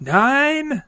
nine